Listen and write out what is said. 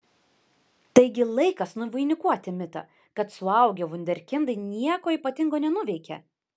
taigi laikas nuvainikuoti mitą kad suaugę vunderkindai nieko ypatingo nenuveikia